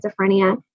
schizophrenia